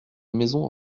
maisons